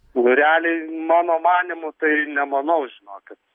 nu realiai mano manymu tai nemanau žinokit